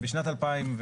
בשנת 2015,